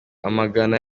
amagana